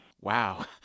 Wow